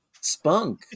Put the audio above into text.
spunk